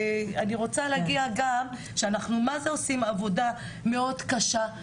אני רוצה להגיע גם שאנחנו מה זה עושים עבודה מאוד קשה,